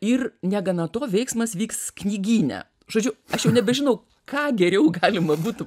ir negana to veiksmas vyks knygyne žodžiu aš jau nebežinau ką geriau galima būtų